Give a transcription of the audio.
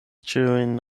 ĉiujn